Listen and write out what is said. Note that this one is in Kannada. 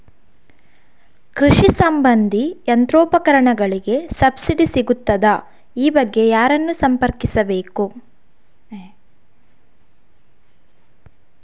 ಕೃಷಿ ಸಂಬಂಧಿ ಯಂತ್ರೋಪಕರಣಗಳಿಗೆ ಸಬ್ಸಿಡಿ ಸಿಗುತ್ತದಾ? ಈ ಬಗ್ಗೆ ಯಾರನ್ನು ಸಂಪರ್ಕಿಸಬೇಕು?